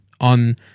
on